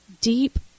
deep